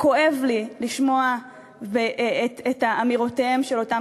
כואב לי לשמוע את אמירותיהם של אותם